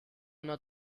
una